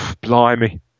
blimey